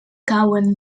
cauen